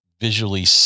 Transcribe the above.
visually